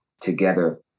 together